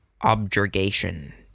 objurgation